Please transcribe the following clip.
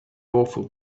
awful